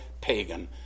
pagan